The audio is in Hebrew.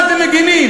על מה אתם מגינים?